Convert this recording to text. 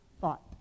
thought